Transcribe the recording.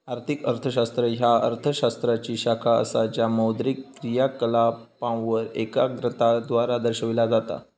आर्थिक अर्थशास्त्र ह्या अर्थ शास्त्राची शाखा असा ज्या मौद्रिक क्रियाकलापांवर एकाग्रता द्वारा दर्शविला जाता